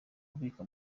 kubika